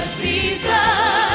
season